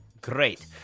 great